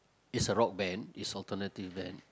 is a rock band is alternative band